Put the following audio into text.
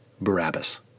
Barabbas